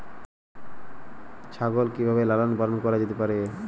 ছাগল কি ভাবে লালন পালন করা যেতে পারে?